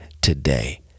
today